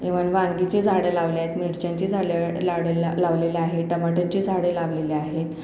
even वांगीची झाडं लावली आहेत मिरच्यांची झाडं लाड लाड लावलेली आहेत टमाटोची झाडं लावलेली आहेत